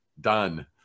done